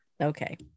okay